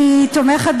אני תומכת,